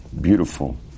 beautiful